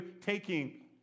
taking